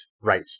right